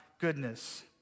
goodness